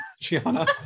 Gianna